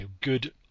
good